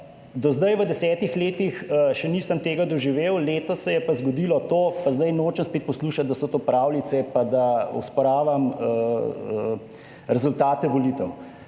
do zdaj v desetih letih še nisem tega doživel. Letos se je pa zgodilo to, pa zdaj nočem spet poslušati, da so to pravljice, pa da osporavam rezultate volitev,